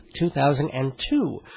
2002